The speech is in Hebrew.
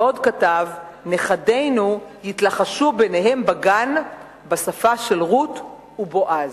ועוד כתב: "נכדינו יתלחשו ביניהם בגן בשפה של רות ובועז".